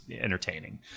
entertaining